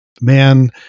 man